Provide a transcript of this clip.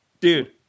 dude